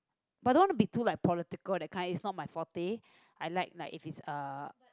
but don't want to be like too political that kind is not my forte I like like if it's a